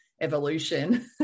evolution